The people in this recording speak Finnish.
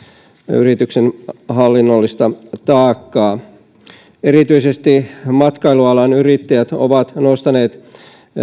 yrityksen hallinnollista taakkaa erityisesti matkailualan yrittäjät ovat nostaneet